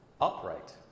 upright